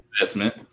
investment